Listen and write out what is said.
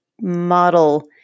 model